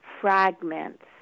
fragments